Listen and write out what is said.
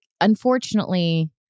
unfortunately